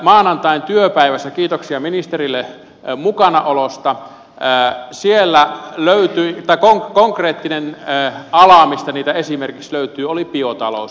maanantain työpäivässä kiitoksia ministerille mukanaolosta konkreettinen ala mistä niitä esimerkiksi löytyi oli biotalous